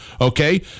okay